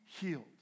healed